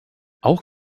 auch